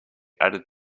added